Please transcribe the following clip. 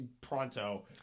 pronto